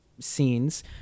scenes